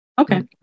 Okay